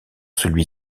celui